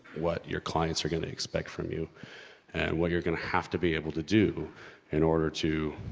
what you're clients are gonna expect from you, and what you're gonna have to be able to do in order to,